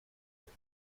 will